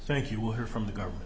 thank you were from the government